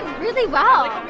really well!